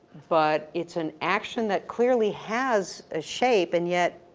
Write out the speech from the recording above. but it's an action that clearly has a shape and yet